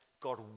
God